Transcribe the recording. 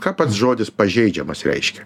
ką pats žodis pažeidžiamas reiškia